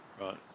Right